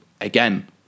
Again